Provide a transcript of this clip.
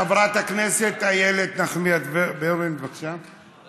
חברת הכנסת איילת נחמיאס ורבין, בבקשה.